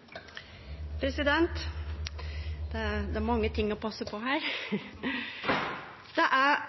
igjen. Det er med på å hjelpe viss ein brukar dette tilbodet i sommarferien. «Det er